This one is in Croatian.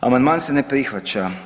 Amandman se ne prihvaća.